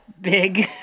Big